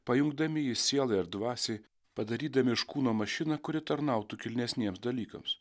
pajungdami jį sielai ar dvasiai padarydami iš kūno mašiną kuri tarnautų kilnesniem dalykams